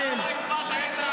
השקרים שלך?